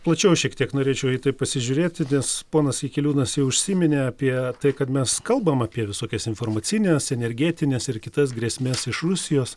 plačiau šiek tiek norėčiau į tai pasižiūrėti nes ponas jakeliūnas jau užsiminė apie tai kad mes kalbam apie visokias informacines energetines ir kitas grėsmes iš rusijos